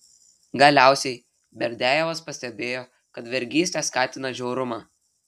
galiausiai berdiajevas pastebėjo kad vergystė skatina žiaurumą